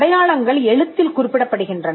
அடையாளங்கள் எழுத்தில் குறிப்பிடப்படுகின்றன